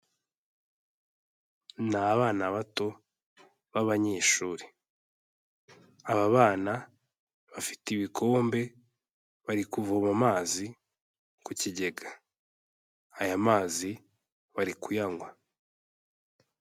Ni abana bato b'abanyeshuri, aba bana bafite ibikombe bari kuvoma amazi ku kigega, aya mazi bari kuyanywa.